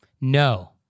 no